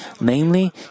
Namely